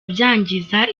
byangiza